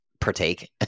partake